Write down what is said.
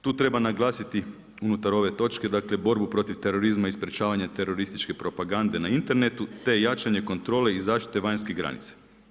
Tu treba naglasiti unutar ove točke, dakle borbu protiv terorizma i sprječavanje terorističke propagande na internetu, te jačanje kontrole i zaštita vanjskih granica.